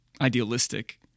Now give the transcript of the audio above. idealistic